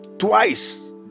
Twice